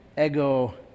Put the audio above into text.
ego